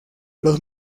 los